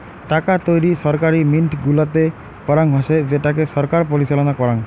টাকা তৈরী ছরকারি মিন্ট গুলাতে করাঙ হসে যেটাকে ছরকার পরিচালনা করাং